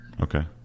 Okay